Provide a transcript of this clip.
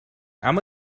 اما